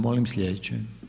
Molim sljedeće.